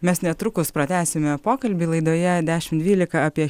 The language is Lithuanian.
mes netrukus pratęsime pokalbį laidoje dešim dvylika apie